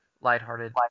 lighthearted